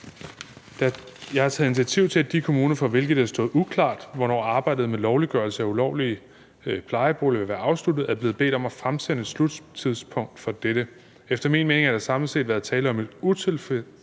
Jeg har taget initiativ til, at de kommuner, for hvilke det har stået uklart, hvornår arbejdet med lovliggørelse af ulovlige plejeboliger vil være afsluttet, er blevet bedt om at fremsætte sluttidspunkt for dette. Efter min mening har der samlet set været tale om et